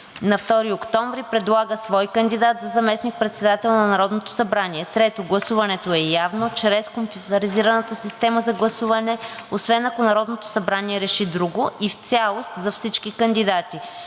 на 2 октомври 2022 г., предлага свой кандидат за заместник-председател на Народното събрание. 3. Гласуването е явно чрез компютризираната система за гласуване, освен ако Народното събрание реши друго, и в цялост за всички кандидати.